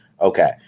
Okay